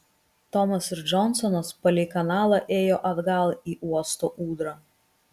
tomas ir džonsonas palei kanalą ėjo atgal į uosto ūdrą